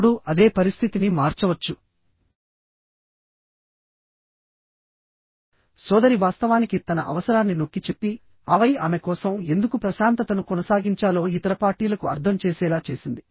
ఇప్పుడు అదే పరిస్థితిని మార్చవచ్చు సోదరి వాస్తవానికి తన అవసరాన్ని నొక్కిచెప్పి ఆపై ఆమె కోసం ఎందుకు ప్రశాంతతను కొనసాగించాలో ఇతర పార్టీలకు అర్థం చేసేలా చేసింది